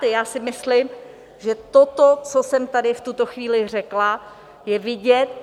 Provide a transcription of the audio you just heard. Já si myslím, že toto, co jsem tady v tuto chvíli řekla, je vidět.